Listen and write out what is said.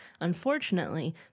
Unfortunately